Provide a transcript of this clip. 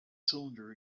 cylinder